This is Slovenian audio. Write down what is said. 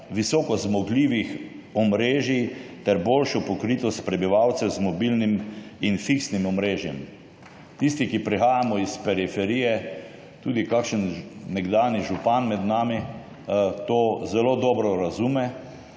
visoko zmogljivih omrežij ter boljšo pokritost prebivalcev z mobilnim in fiksnim omrežjem. Tisti, ki prihajamo s periferije in tudi kakšen nekdanji župan med nami to zelo dobro razumemo.